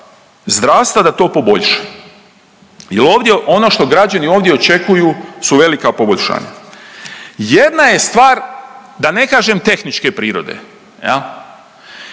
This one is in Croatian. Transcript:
zdravstva da to poboljša. Jel ovdje ono što građani ovdje očekuju su velika poboljšanja. Jedna je stvar da ne kažem tehničke prirode